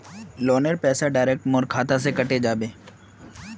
लोनेर पैसा डायरक मोर खाता से कते जाबे?